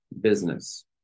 business